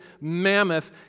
mammoth